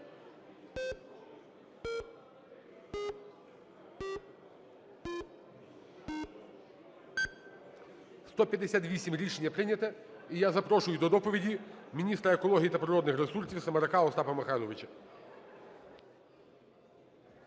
За-158 Рішення прийнято. І я запрошую до доповіді міністра екології та природних ресурсів Семерак Остапа Михайловича.